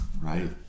right